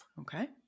Okay